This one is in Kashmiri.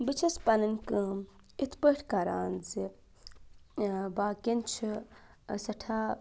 بہٕ چھَس پَنٕنۍ کٲم یِتھ پٲٹھۍ کَران زِ باقِیَن چھِ سٮ۪ٹھاہ